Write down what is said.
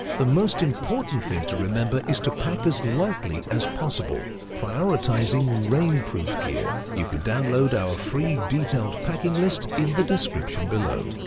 the most important thing to remember is to pack as lightly as possible, prioritizing rainproof gear. you can download our free detailed packing list in the description below.